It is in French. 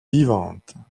vivante